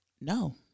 No